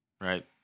Right